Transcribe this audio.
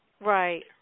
Right